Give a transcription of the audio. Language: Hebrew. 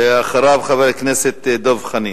ואחריו, חבר הכנסת דב חנין.